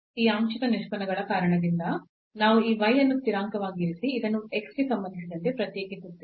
ಈ ಆಂಶಿಕ ನಿಷ್ಪನ್ನಗಳ ಕಾರಣದಿಂದ ನಾವು ಈ y ಅನ್ನು ಸ್ಥಿರಾಂಕವಾಗಿ ಇರಿಸಿ ಇದನ್ನು x ಗೆ ಸಂಬಂಧಿಸಿದಂತೆ ಪ್ರತ್ಯೇಕಿಸುತ್ತೇವೆ